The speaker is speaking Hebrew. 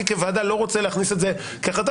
אני כוועדה לא רוצה להכניס את זה כהחלטה